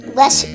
less